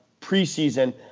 preseason